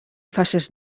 faces